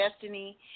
destiny